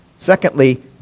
Secondly